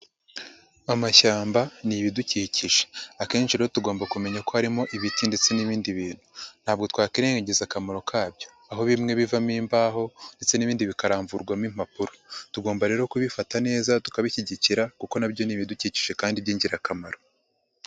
Amashyamba ni ibidukikije. Akenshi rero tugomba kumenya ko harimo ibiti ndetse n'ibindi bintu. Ntabwo twakwirengagiza akamaro kabyo. Aho bimwe bivamo imbaho ndetse n'ibindi bikaramvurwamo impapuro. Tugomba rero kubifata neza tukabishyigikira kuko na byo ni ibidukikije kandi by'ingirakamaro.